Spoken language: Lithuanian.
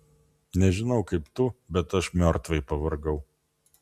nežinau kaip tu bet aš miortvai pavargau